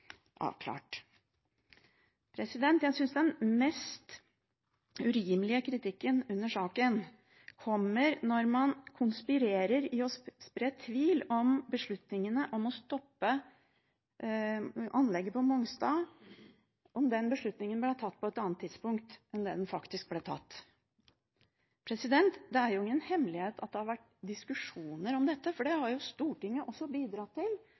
avklart. Jeg synes den mest urimelige kritikken under saken kommer når man konspirerer om å spre tvil om beslutningen om å stoppe anlegget på Mongstad – om hvorvidt den beslutningen ble tatt på et annet tidspunkt enn da den faktisk ble tatt. Det er ingen hemmelighet at det har vært diskusjoner om dette, for det har Stortinget også bidratt til.